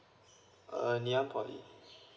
uh nanyang poly